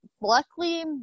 luckily